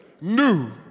New